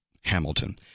Hamilton